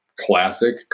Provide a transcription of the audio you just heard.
classic